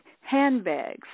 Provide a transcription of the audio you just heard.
handbags